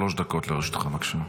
שלוש דקות לרשותך, בבקשה.